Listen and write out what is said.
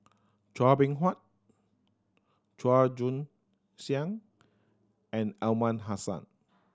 Chua Beng Huat Chua Joon Siang and Aliman Hassan